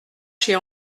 chez